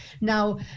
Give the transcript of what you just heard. now